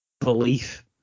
belief